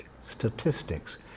statistics